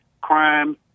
crime